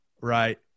right